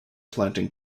planting